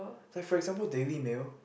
so for example daily mail